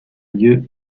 lieu